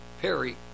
Perry